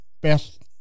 best